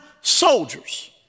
soldiers